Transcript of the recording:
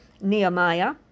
Nehemiah